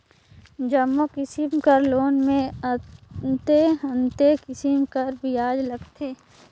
जम्मो किसिम कर लोन में अन्ते अन्ते किसिम कर बियाज लगथे